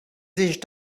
sich